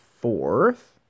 fourth